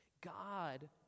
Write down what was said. God